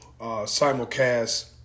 simulcast